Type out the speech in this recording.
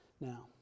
Now